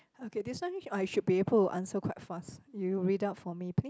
okay this one I should be able to answer quite fast you read out for me please